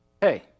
hey